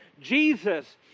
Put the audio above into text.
Jesus